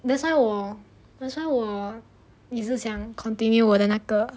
that's why 我 that's why 我想 continue 我的那个